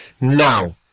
Now